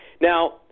Now